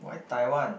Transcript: why Taiwan